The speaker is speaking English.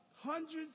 hundreds